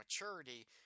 maturity